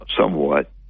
somewhat